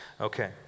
Okay